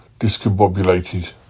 discombobulated